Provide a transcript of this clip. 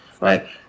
right